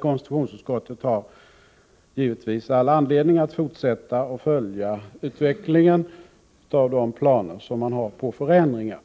Konstitutionsutskottet har emellertid all anledning att fortsätta att följa utvecklingen av de planer för förändringar som man har.